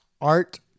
Art